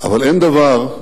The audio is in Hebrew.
אבל אין דבר שמלהיב,